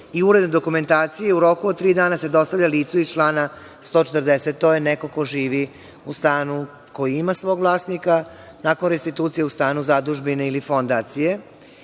i uredne dokumentacije u roku od tri dana se dostavlja licu iz člana 140. To je neko ko živi u stanu koji ima svog vlasnika, nakon restitucije u stanu zadužbine ili fondacije. Onda